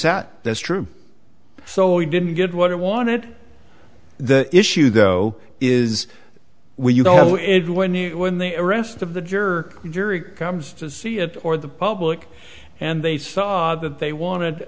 that that's true so he didn't get what it wanted the issue though is when you know it when you when the arrest of the juror the jury comes to see it or the public and they saw that they wanted